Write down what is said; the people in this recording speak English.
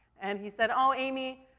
and he said, oh amy,